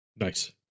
Nice